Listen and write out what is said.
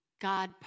God